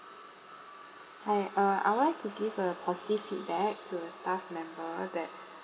hi uh I would like to give a positive feedback to a staff member that